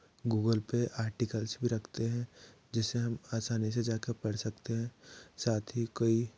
Google पर articles भी रखते हैं जिसे हम असानी से जा कर पढ़ सकते हैं साथ ही कई